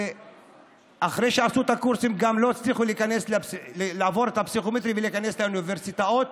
וגם אחרי הקורסים לא הצליחו לעבור את הפסיכומטרי ולהיכנס לאוניברסיטאות,